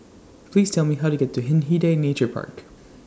Please Tell Me How to get to Hindhede Nature Park